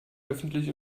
öffentlich